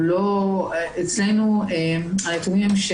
אצלנו הנתונים הם: